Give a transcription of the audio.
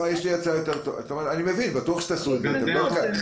בטוח שתעשו את זה.